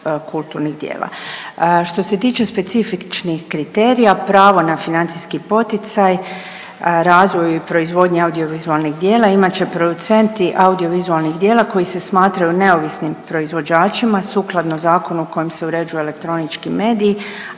kulturnih djela. Što se tiče specifičnih kriterija, pravo na financijski poticaj razvoju i proizvodnji audio-vizualnih djela imat će producenti audio-vizualnih djela koji se smatraju neovisnim proizvođačima sukladno zakonu kojim se uređuje elektronički medij,